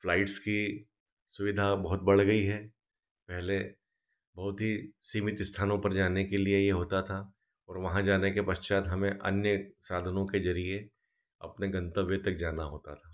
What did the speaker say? flights की सुविधा बहुत बढ़ गई है पहले बहुत ही सीमित स्थानों पर जाने के लिए यह होती थी और वहाँ जाने के पश्चात हमें अन्य साधनों के ज़रिये अपने गन्तव्य तक जाना होता था